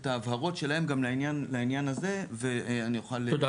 את ההבהרות שלהם גם לעניין הזה ואני אוכל להמשיך אחר כך.